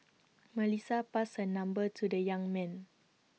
Melissa passed her number to the young man